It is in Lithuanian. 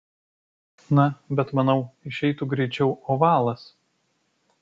na bet manau išeitų greičiau ovalas